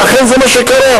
ואכן זה מה שקרה.